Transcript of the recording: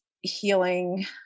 healing